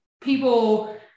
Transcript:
people